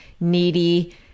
needy